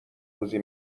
روزی